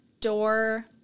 door